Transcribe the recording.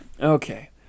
okay